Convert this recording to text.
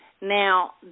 Now